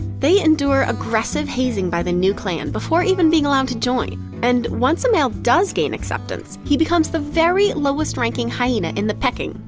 they endure aggressive hazing by the new clan before even being allowed to join, and once a male does gain acceptance, he becomes the very lowest-ranking hyena in the pecking.